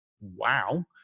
wow